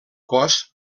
cos